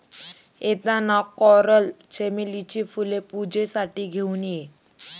येताना कोरल चमेलीची फुले पूजेसाठी घेऊन ये